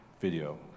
video